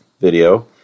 video